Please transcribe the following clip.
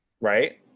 Right